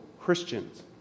Christians